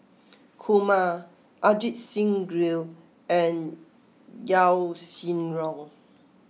Kumar Ajit Singh Gill and Yaw Shin Reong